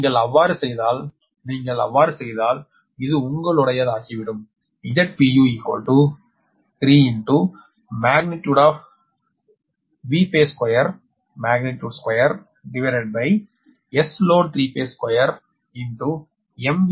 நீங்கள் அவ்வாறு செய்தால் நீங்கள் அவ்வாறு செய்தால் இது உங்களுடையதாகிவிடும் Zpu3 Vphase2magnitude square Sload BB2